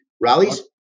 Rallies